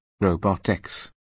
robotics